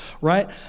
right